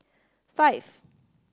five